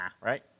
right